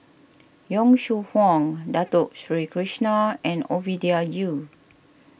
Yong Shu Hoong Dato Sri Krishna and Ovidia Yu